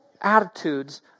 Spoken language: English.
attitudes